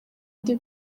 ndi